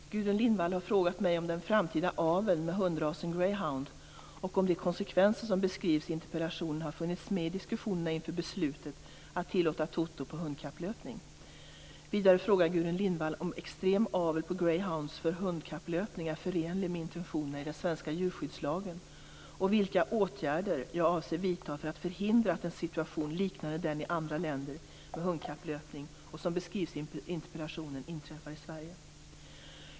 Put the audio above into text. Herr talman! Gudrun Lindvall har frågat mig om den framtida aveln med hundrasen greyhound och om de konsekvenser som beskrivs i interpellationen har funnits med i diskussionerna inför beslutet att tillåta toto på hundkapplöpning. Vidare frågar Gudrun Lindvall om extrem avel på greyhound för hundkapplöpning är förenlig med intentionerna i den svenska djurskyddslagen och vilka åtgärder jag avser vidta för att förhindra att en situation liknande den i andra länder med hundkapplöpning och som beskrivs i interpellationen inträffar i Sverige.